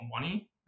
money